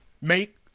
Make